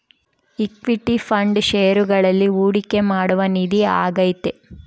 equity fund ಷೇರುಗಳಲ್ಲಿ ಹೂಡಿಕೆ ಮಾಡುವ ನಿಧಿ ಆಗೈತೆ